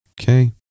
Okay